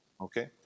Okay